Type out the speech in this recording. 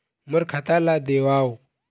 मोर खाता ला देवाव?